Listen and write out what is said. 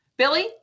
Billy